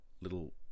Little